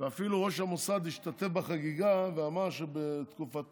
ואפילו ראש המוסד השתתף בחגיגה ואמר שבתקופתו